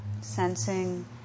Sensing